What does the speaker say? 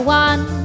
one